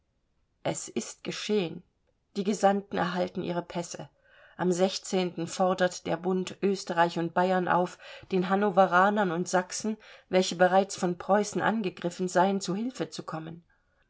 es ist geschehen die gesandten erhalten ihre pässe am fordert der bund österreich und bayern auf den hannoveranern und sachsen welche bereits von preußen angegriffen seien zu hilfe zu kommen